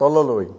তললৈ